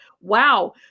wow